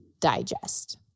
digest